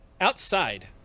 Outside